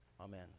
Amen